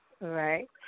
Right